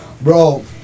Bro